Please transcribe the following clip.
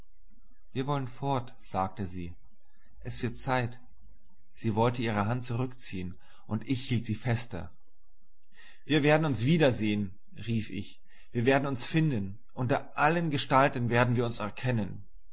wir wollen fort sagte sie es wird zeit sie wollte ihre hand zurückziehen und ich hielt sie fester wir werden uns wieder sehen rief ich wir werden uns finden unter allen gestalten werden wir uns erkennen